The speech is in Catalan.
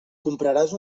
compraràs